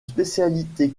spécialité